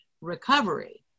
recovery